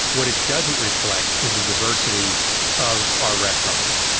what it doesn't reflect is the diversity of our restaurants.